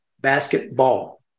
basketball